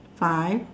five